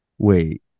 wait